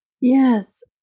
Yes